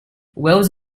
wells